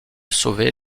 sauver